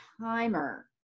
timer